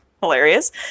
hilarious